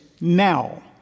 now